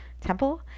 temple